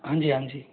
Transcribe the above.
हाँ जी हाँ जी